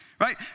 right